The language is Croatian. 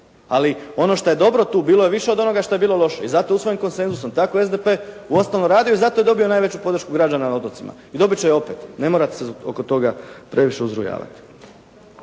ali ono što je dobro tu bilo je više od onoga što je bilo loše. I zato je usvojen konsenzusom. Tako SDP ustalo radio i zato je dobio najveću podršku građana na otocima i dobit će je opet. Ne morate se oko toga previše uzrujavati.